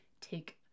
take